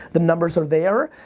the numbers are there.